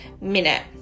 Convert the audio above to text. minute